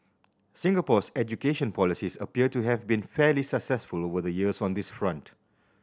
Singapore's education policies appear to have been fairly successful over the years on this front